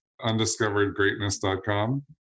undiscoveredgreatness.com